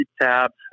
tabs